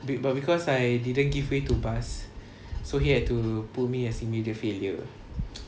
but because I didn't give way to bus so he had to put me as immediate failure